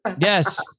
Yes